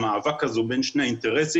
המאבק הזה בין שני האינטרסים,